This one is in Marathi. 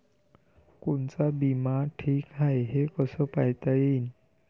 कोनचा बिमा ठीक हाय, हे कस पायता येईन?